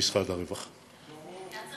למשרד הרווחה.